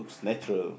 looks natural